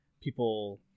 people